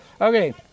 Okay